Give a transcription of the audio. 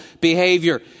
behavior